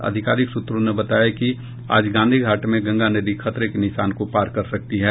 आधिकारिक सूत्रों ने बताया कि आज गांधी घाट में गंगा नदी खतरे के निशान को पार कर सकती है